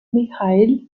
mikhail